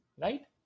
right